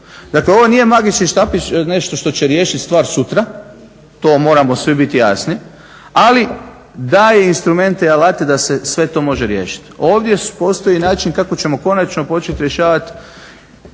Dakle, ovo nije magični štapić, nešto što će riješiti stvar sutra. To moramo svi biti jasni, ali daje instrumente i alate da se sve to može riješiti. Ovdje postoji način kako ćemo konačno početi rješavati